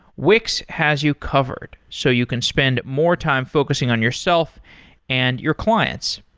wix has you covered, so you can spend more time focusing on yourself and your clients.